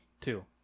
Two